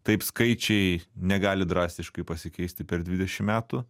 taip skaičiai negali drastiškai pasikeisti per dvidešimt metų